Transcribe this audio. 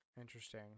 interesting